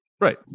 right